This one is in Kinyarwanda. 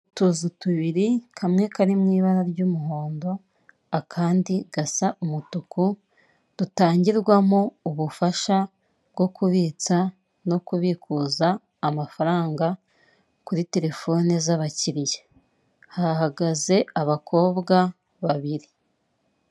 Utuzu tubiri, kamwe kari mu ibara ry'umuhondo akandi gasa umutuku dutangirwamo ubufasha bwo kubitsa no kubikuza amafaranga kuri terefone z'abakiriya, hahagaze abakobwa babiri.